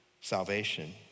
salvation